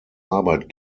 arbeit